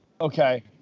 okay